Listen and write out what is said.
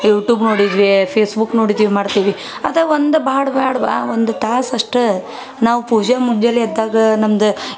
YouTube ನೋಡಿದ್ವೆ Facebook ನೋಡಿ ಮಾಡ್ತೀವಿ ಅದು ಒಂದು ಬೇಡ ಬೇಡ್ವಾ ಒಂದುಸು ತಾಸು ಅಷ್ಟು ನಾವು ಪೂಜೆ ಮುಗಿಲು ಎದ್ದಾಗ ನಮ್ದು